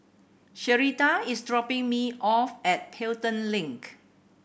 Sherita is dropping me off at Pelton Link